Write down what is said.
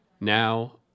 Now